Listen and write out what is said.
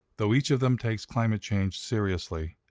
though each of them takes climate change seriously,